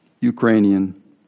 Ukrainian